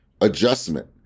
adjustment